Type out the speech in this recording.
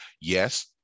yes